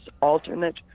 alternate